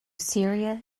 syria